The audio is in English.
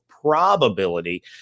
probability